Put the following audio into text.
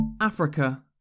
Africa